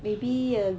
maybe a